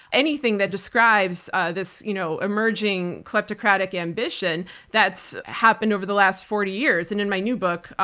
anything that describes this you know emerging kleptocratic ambition that's happened over the last forty years. and in my new book,